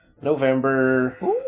November